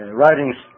writings